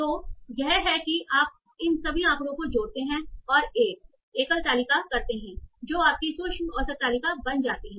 तो यह है कि आप इन सभी आंकड़ों को जोड़ते हैं और एक एकल तालिका करते हैं जो आपकी सूक्ष्म औसत तालिका बन जाती है